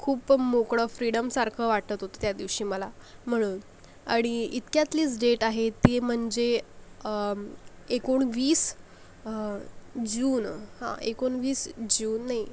खूपं मोकळं फ्रीडमसारखं वाटत होतं त्या दिवशी मला म्हणून आणि इतक्यातलीच डेट आहे ती म्हणजे एकोणवीस जून हां एकोणवीस जून नाही